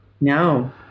No